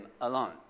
alone